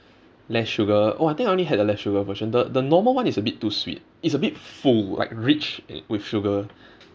less sugar oh I think I only had the less sugar version the the normal one is a bit too sweet it's a bit full like rich i~ with sugar